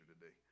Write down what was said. today